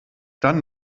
dann